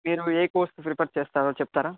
మీరు ఏ course prefer చేస్తారో చెప్తారా